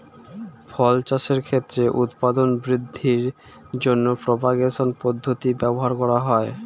ফল চাষের ক্ষেত্রে উৎপাদন বৃদ্ধির জন্য প্রপাগেশন পদ্ধতি ব্যবহার করা হয়